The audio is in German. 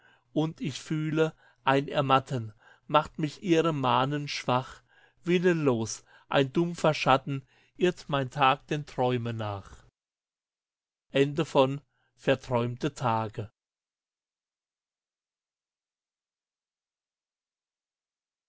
und ich fühle ein ermatten macht mich ihrem mahnen schwach willenlos ein dumpfer schatten irrt mein tag den träumen nach